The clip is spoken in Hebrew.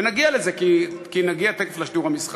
ונגיע לזה, כי נגיע תכף לשידור המסחרי.